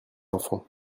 enfant